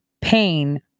pain